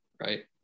right